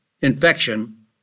infection